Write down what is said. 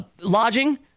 lodging